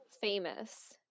famous